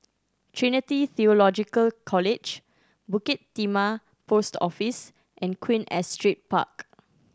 Trinity Theological College Bukit Timah Post Office and Queen Astrid Park